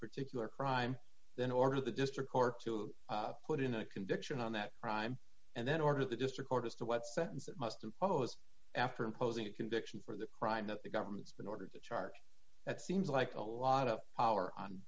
particular crime then order the district court to put in a conviction on that crime and then order the district court as to what sentence it must impose after imposing a conviction for the crime that the government's been ordered to charge that seems like a lot of power on